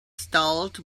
stalls